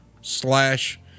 slash